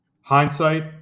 Hindsight